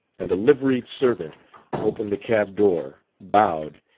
and a liveried servant opened the cab door, bowed,